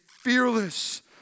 fearless